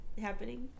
happening